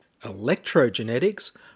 Electrogenetics